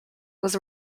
was